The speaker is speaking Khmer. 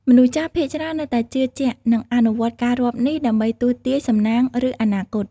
មនុស្សចាស់ភាគច្រើននៅតែជឿជាក់ និងអនុវត្តការរាប់នេះដើម្បីទស្សន៍ទាយសំណាង ឬអនាគត។